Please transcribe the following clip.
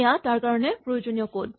এয়া তাৰ কাৰণে প্ৰয়োজনীয় ক'ড